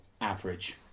Average